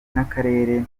nk’akarere